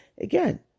again